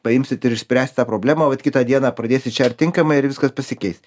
paimsit ir išspręsit tą problemą vat kitą dieną pradėsit šert tinkamai ir viskas pasikeis